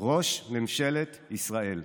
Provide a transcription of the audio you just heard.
ראש ממשלת ישראל,